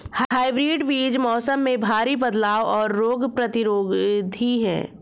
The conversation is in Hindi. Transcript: हाइब्रिड बीज मौसम में भारी बदलाव और रोग प्रतिरोधी हैं